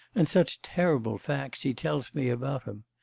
and such terrible facts he tells me about him!